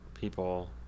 people